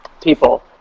people